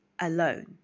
alone